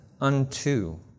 unto